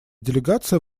делегация